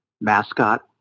mascot